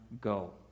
go